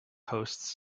hosts